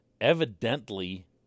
evidently